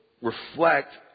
reflect